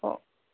ஓ